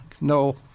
no